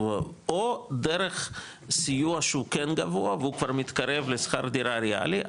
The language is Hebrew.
או דרך סיוע שהוא כן גבוה והוא כבר מתקרב לשכר דירה ריאלי,